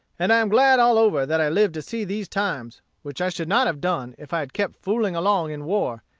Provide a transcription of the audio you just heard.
and i am glad all over that i lived to see these times, which i should not have done if i had kept fooling along in war,